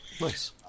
Nice